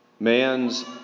Man's